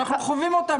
אנחנו חווים אותה.